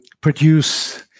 produce